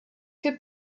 que